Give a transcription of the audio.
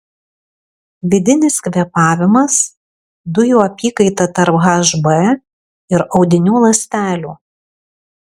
vidinis kvėpavimas dujų apykaita tarp hb ir audinių ląstelių